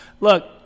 look